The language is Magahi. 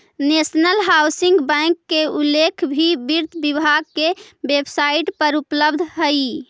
नेशनल हाउसिंग बैंक के उल्लेख भी वित्त विभाग के वेबसाइट पर उपलब्ध हइ